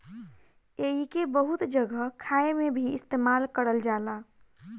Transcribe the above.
एइके बहुत जगह खाए मे भी इस्तेमाल करल जाला